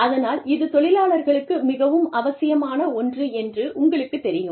அதனால் இது தொழிலாளர்களுக்கு மிகவும் அவசியமான ஒன்று என்று உங்களுக்குத் தெரியும்